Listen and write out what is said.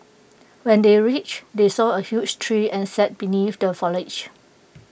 when they reached they saw A huge tree and sat beneath the foliage